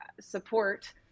support